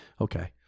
okay